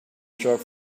truck